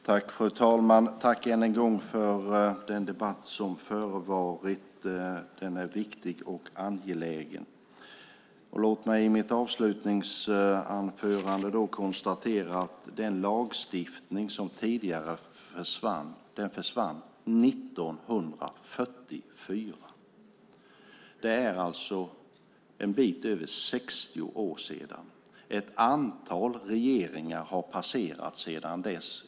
Fru talman! Tack än en gång för den debatt som förevarit. Den är viktig och angelägen. Låt mig i mitt avslutningsanförande konstatera att den tidigare lagstiftningen försvann 1944. Det är en bit över 60 år sedan. Ett antal regeringar har passerat sedan dess.